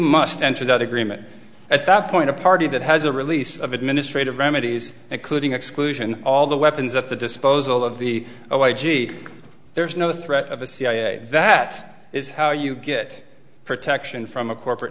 must enter that agreement at that point a party that has a release of administrative remedies including exclusion all the weapons at the disposal of the oh i g there's no threat of a cia that is how you get protection from a corporate